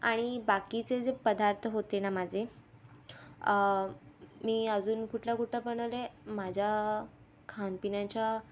आणि बाकीचे जे पदार्थ होते ना माझे मी अजून कुठलं कुठलं बनवलं आहे माझ्या खानपिन्याच्या